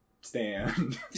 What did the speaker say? stand